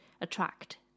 attract